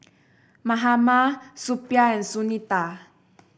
Mahatma Suppiah and Sunita